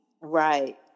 Right